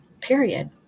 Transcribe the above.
period